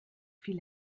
viel